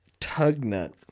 Tugnut